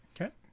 Okay